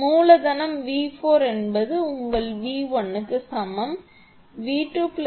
மூலதனம் 𝑉4 என்பது உங்கள் 𝑣1 க்கு சமம் 𝑣2 𝑣3 𝑣4